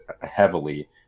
heavily